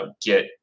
get